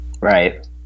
right